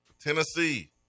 Tennessee